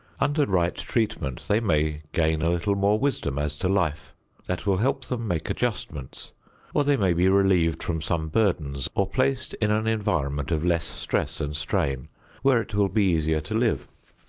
under right treatment they may gain a little more wisdom as to life that will help them make adjustments or they may be relieved from some burdens, or placed in an environment of less stress and strain where it will be easier to live.